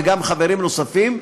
וגם חברים נוספים,